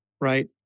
right